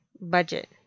budget